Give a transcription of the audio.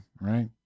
Right